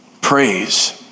Praise